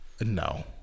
No